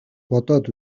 бодоод